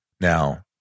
Now